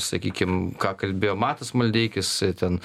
sakykim ką kalbėjo matas maldeikis ten